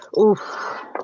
Oof